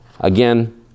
again